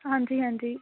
ਹਾਂਜੀ ਹਾਂਜੀ